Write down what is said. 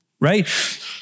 right